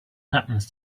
happens